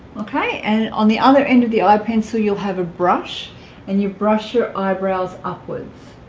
okay and on the other end of the eye pencil you'll have a brush and you brush your eyebrows upwards